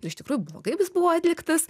iš tikrųjų blogai jis buvo atliktas